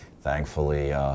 thankfully